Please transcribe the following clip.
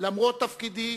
למרות תפקידי